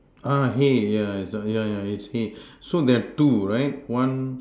uh hay yeah yeah yeah it's hay so there's two right one